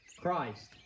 Christ